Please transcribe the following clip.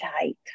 tight